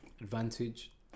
advantage